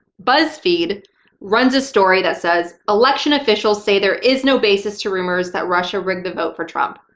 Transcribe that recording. buzzfeed runs a story that says, election officials say there is no basis to rumors that russia rigged the vote for trump.